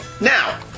now